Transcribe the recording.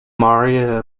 maria